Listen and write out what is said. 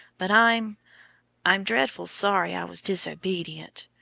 but i'm i'm dreadful sorry i was disobedient.